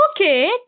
okay